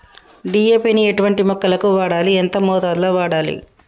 DAP ని ఎటువంటి మొక్కలకు వాడాలి? ఎంత మోతాదులో వాడాలి?